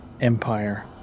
empire